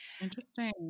Interesting